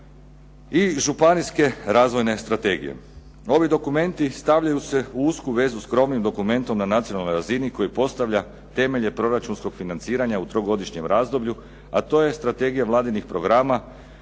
i županijske razvojne strategije. Ovi dokumenti stavljaju se u usku vezu s skromnim dokumentom na nacionalnoj razini koji postavlja temelje proračunskog financiranja u trogodišnjem razdoblju a to je strategija vladinih programa